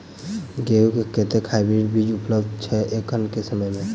गेंहूँ केँ कतेक हाइब्रिड बीज उपलब्ध छै एखन केँ समय मे?